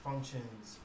Functions